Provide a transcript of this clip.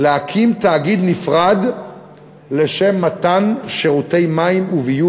להקים תאגיד נפרד לשם מתן שירותי מים וביוב